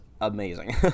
amazing